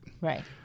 Right